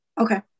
Okay